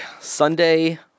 Sunday